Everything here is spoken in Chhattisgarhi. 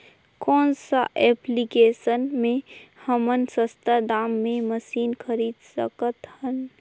कौन सा एप्लिकेशन मे हमन सस्ता दाम मे मशीन खरीद सकत हन?